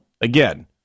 again